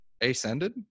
ascended